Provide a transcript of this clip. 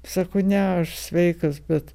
sako ne aš sveikas bet